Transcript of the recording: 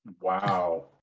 Wow